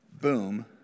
boom